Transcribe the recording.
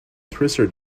thrissur